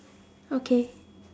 okay